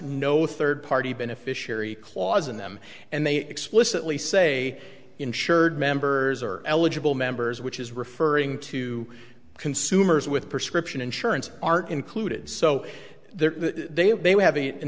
no third party beneficiary clause in them and they explicitly say insured members are eligible members which is referring to consumers with prescription insurance aren't included so there they were having an